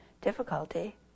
difficulty